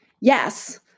Yes